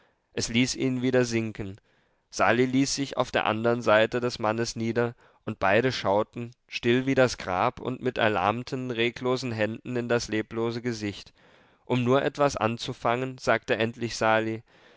es ließ ihn wieder sinken sali ließ sich auf der andern seite den mannes nieder und beide schauten still wie das grab und mit erlahmten reglosen händen in das leblose gesicht um nur etwas anzufangen sagte endlich sali